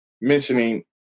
mentioning